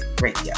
Radio